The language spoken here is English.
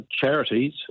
charities